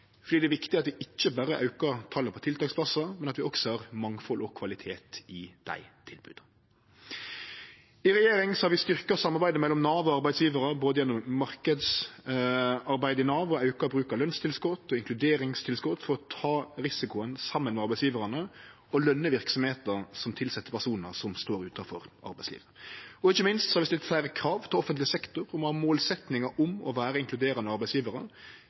det er viktig at vi ikkje berre aukar talet på tiltaksplassar, men at vi også har mangfald og kvalitet i dei tilboda. I regjering har vi styrkt samarbeidet mellom Nav og arbeidsgjevarar, både gjennom marknadsarbeid i Nav og gjennom auka bruk av lønstilskot og inkluderingstilskot, for å ta risikoen saman med arbeidsgjevarane og løne verksemder som tilset personar som står utanfor arbeidslivet. Ikkje minst har vi stilt fleire krav til offentleg sektor om å ha målsetjingar om å vere inkluderande arbeidsgjevarar,